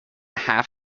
half